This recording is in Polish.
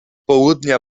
południa